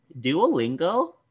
Duolingo